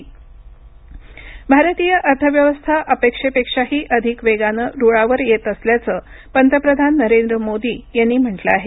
पंतप्रधान भारतीय अर्थव्यवस्था अपेक्षेपेक्षाही अधिक वेगानं रुळावर येत असल्याचं पंतप्रधान नरेंद्र मोदी यांनी म्हटलं आहे